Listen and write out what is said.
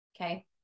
Okay